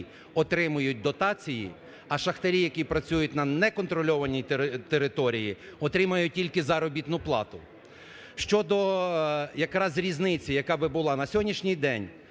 отримують дотації, а шахтарі, які працюють на не контрольованій території, отримують тільки заробітну плату. Щодо якраз різниці, яка б була, на сьогоднішній день